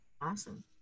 Awesome